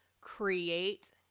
create